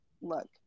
look